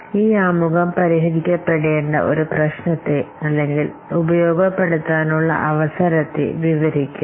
അതിനാൽ ഈ ആമുഖം പരിഹരിക്കപ്പെടേണ്ട ഒരു പ്രശ്നത്തെ അല്ലെങ്കിൽ ഉപയോഗപ്പെടുത്താനുള്ള അവസരത്തെ വിവരിക്കും